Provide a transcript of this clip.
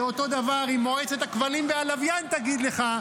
זה אותו הדבר אם מועצת הכבלים והלוויין תגיד לך,